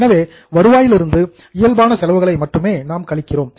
எனவே வருவாயிலிருந்து இயல்பான செலவுகளை மட்டுமே நாம் கழிக்கிறோம்